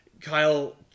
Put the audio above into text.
kyle